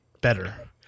better